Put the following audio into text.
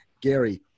Gary